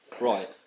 Right